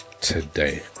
Today